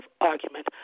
argument